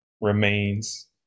remains